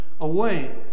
away